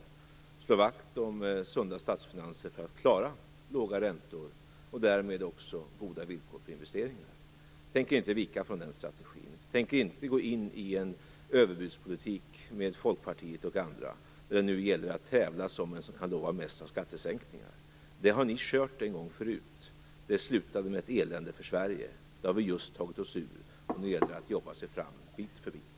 Vi skall slå vakt om sunda statsfinanser för att klara låga räntor och därmed också goda villkor för investeringar. Vi tänker inte vika från den strategin. Vi tänker inte gå in i en överbudspolitik med Folkpartiet och andra, där det gäller att tävla om vem som kan lova mest skattesänkningar. Det har ni gjort en gång förut. Det slutade med ett elände för Sverige. Det har vi just tagit oss ur. Nu gäller det att jobba sig fram bit för bit.